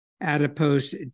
adipose